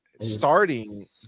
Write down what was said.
starting